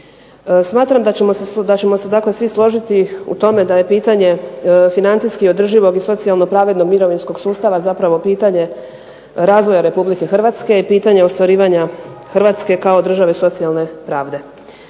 Smatram da ćemo se dakle svi složiti u tome da je pitanje financijski održivog i socijalno pravednog mirovinskog sustava zapravo pitanje razvoja RH i pitanje ostvarivanja Hrvatske kao države socijalne pravde.